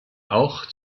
auch